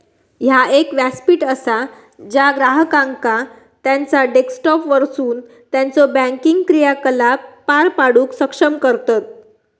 ह्या एक व्यासपीठ असा ज्या ग्राहकांका त्यांचा डेस्कटॉपवरसून त्यांचो बँकिंग क्रियाकलाप पार पाडूक सक्षम करतत